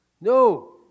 No